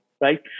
Right